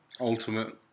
ultimate